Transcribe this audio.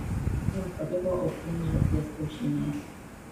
jums patiko auksiniai žąsies kiaušiniai